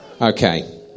Okay